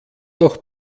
doch